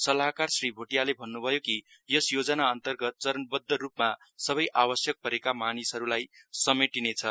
सल्लाहकार श्री भोटियाले भन्नुभयो कि यस योजना अन्तर्गत चरणवद्व रुपमा सबै आवश्यक परेका मानिसहरुलाई समेटिने छ